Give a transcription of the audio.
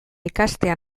ikastea